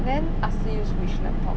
then ah si use which laptop